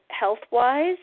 health-wise